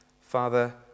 Father